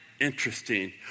interesting